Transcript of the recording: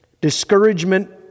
Discouragement